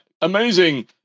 amazing